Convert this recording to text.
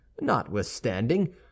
notwithstanding